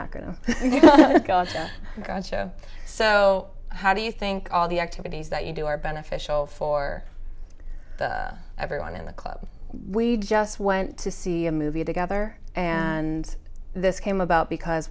russia so how do you think all the activities that you do are beneficial for everyone in the club we just went to see a movie together and this came about because